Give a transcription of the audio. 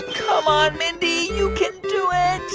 come on, mindy. you can do and